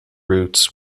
routes